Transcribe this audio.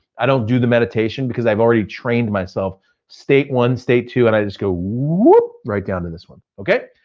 i don't do the meditation because i've already trained myself state one, state two and i just go right right down to this one. okay?